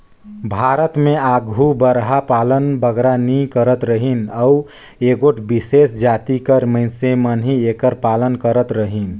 भारत में आघु बरहा कर पालन बगरा नी करत रहिन अउ एगोट बिसेस जाति कर मइनसे मन ही एकर पालन करत रहिन